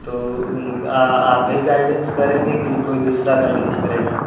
तो आप ही गाइडेंस करेंगे कि कोई दुसरा गाइडेंस करेगा